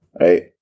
right